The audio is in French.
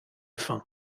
faim